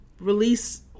release